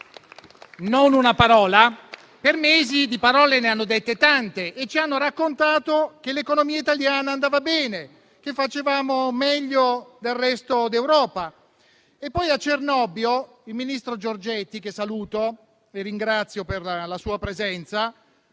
per mesi di parole ne hanno dette tante e ci hanno raccontato che l'economia italiana andava bene, che facevamo meglio del resto d'Europa e poi a Cernobbio il ministro Giorgetti, che saluto e ringrazio per la sua presenza,